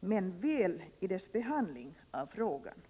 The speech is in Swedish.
men väl i dess behandling av frågan.